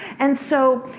and so,